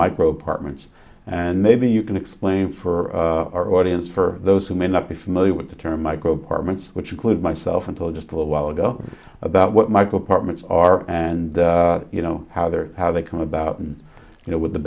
micro partment and maybe you can explain for our audience for those who may not be familiar with the term microapartment which include myself until just a little while ago about what mike apartments are and you know how they are how they come about you know with the